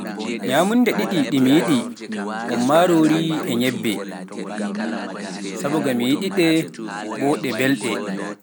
Nyaamunnda ɗiɗi ɗi mi yiɗi um maaroori e nyebbe, sabu nga mi yiɗi-ɗe boo ɗe mbelɗe.